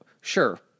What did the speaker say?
sure